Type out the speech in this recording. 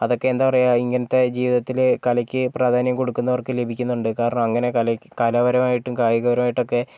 അതൊക്കെ എന്താപറയാ ഇങ്ങനത്തെ ജീവിതത്തിൽ കലയ്ക്ക് പ്രാധാന്യം കൊടുക്കുന്നവർക്ക് ലഭിക്കുന്നുണ്ട് കാരണം അങ്ങനെ കല കലാപരമായിട്ടും കായികപരമായിട്ടൊക്കെ